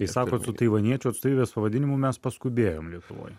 tai sakot su taivaniečių atstovybės pavadinimu mes paskubėjom lietuvoj